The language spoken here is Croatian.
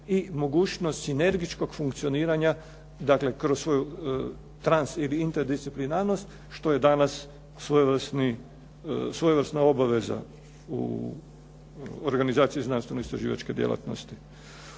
i mogućnost sinergičkog funkcioniranja, dakle kroz svoju trans ili interdisciplinarnost, što je danas svojevrsna obaveza u organizaciji znanstveno-istraživačke djelatnosti.